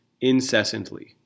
incessantly